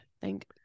Thank